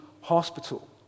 hospital